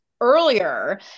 earlier